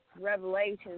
Revelations